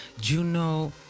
Juno